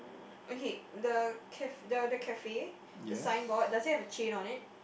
um okay the caf~ the the cafe the signboard does it have a chain on it